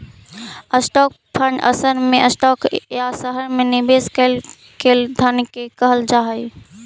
stock fund असल में stock या शहर में निवेश कैल गेल धन के कहल जा हई